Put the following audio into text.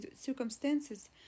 circumstances